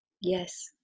Yes